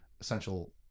essential